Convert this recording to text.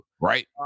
Right